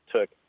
took